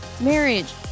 marriage